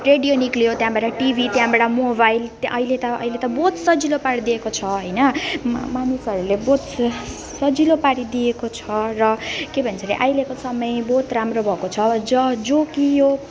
radio निस्कियो त्यहाँबाट TV त्यहाँबाट मोबाइल अहिले त अहिले त बहुत सजिलो पारिदिएको छ होइन म मानिसहरूले बहुत स सजिलो पारिदिएको छ र के भन्छ अरे अहिलेको समय बहुत राम्रो भएको छ र जो कि यो